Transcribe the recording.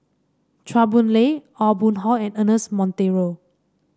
Chua Boon Lay Aw Boon Haw and Ernest Monteiro